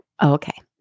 Okay